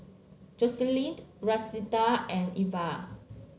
Joselin Rashida and Iva